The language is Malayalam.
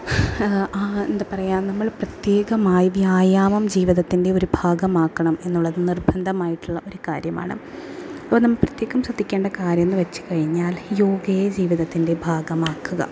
ആ എന്താണ് പറയുക നമ്മൾ പ്രത്യേകമായി വ്യായാമം ജീവിതത്തിൻ്റെ ഒരു ഭാഗമാക്കണം എന്നുള്ളത് നിർബന്ധമായിട്ടുള്ള ഒരു കാര്യമാണ് അപ്പം നാം പ്രത്യേകം ശ്രദ്ധിക്കേണ്ട കാര്യം എന്ന് വച്ച് കഴിഞ്ഞാൽ യോഗയെ ജീവിതത്തിൻ്റെ ഭാഗമാക്കുക